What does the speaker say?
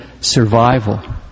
survival